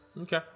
Okay